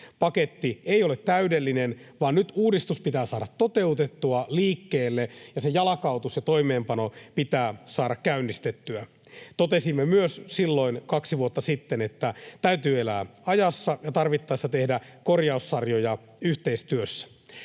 paketti ei ole täydellinen vaan nyt uudistus pitää saada toteutettua, liikkeelle, ja sen jalkautus ja toimeenpano pitää saada käynnistettyä. Totesimme silloin kaksi vuotta sitten myös sen, että täytyy elää ajassa ja tarvittaessa tehdä korjaussarjoja yhteistyössä.